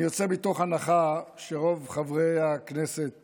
אני יוצא מתוך הנחה שרוב חברי הכנסת